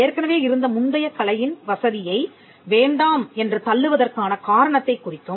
ஏற்கனவே இருந்த முந்தைய கலையின் வசதியை வேண்டாம் என்று தள்ளுவதற்கான காரணத்தைக் குறிக்கும்